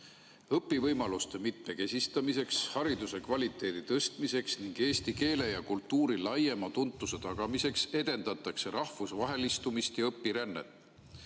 "Õpivõimaluste mitmekesistamiseks, hariduse kvaliteedi tõstmiseks ning eesti keele ja kultuuri laiemaks tutvustamiseks edendatakse rahvusvahelistumist ja õpirännet."